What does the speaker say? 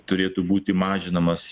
turėtų būti mažinamas